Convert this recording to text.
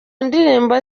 ndirimbo